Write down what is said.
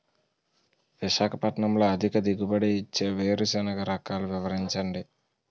విశాఖపట్నంలో అధిక దిగుబడి ఇచ్చే వేరుసెనగ రకాలు వివరించండి?